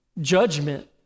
judgment